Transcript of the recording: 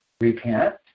Repent